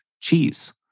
cheese